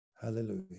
hallelujah